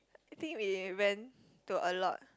I think we went to a lot